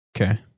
Okay